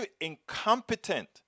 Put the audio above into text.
incompetent